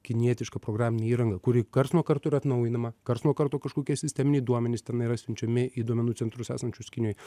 kinietiška programinė įranga kuri karts nuo karto yra atnaujinama karts nuo karto kažkokie sisteminiai duomenys ten yra siunčiami į duomenų centrus esančius kinijoj